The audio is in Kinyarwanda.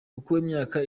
imyaka